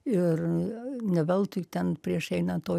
ir ne veltui ten prieš einant o